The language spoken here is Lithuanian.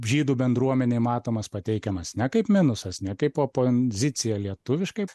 žydų bendruomenėj matomas pateikiamas ne kaip minusas nekaip oponzicija lietuviškai